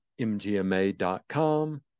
mgma.com